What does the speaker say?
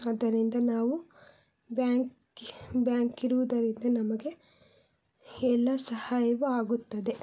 ಆದ್ದರಿಂದ ನಾವು ಬ್ಯಾಂಕ್ ಬ್ಯಾಂಕಿರುವುದರಿಂದ ನಮಗೆ ಎಲ್ಲ ಸಹಾಯವು ಆಗುತ್ತದೆ